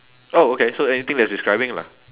oh okay so anything that's describing lah